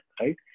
right